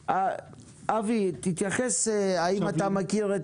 אבי, תתייחס האם אתה מכיר את